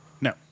No